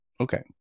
okay